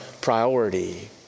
priority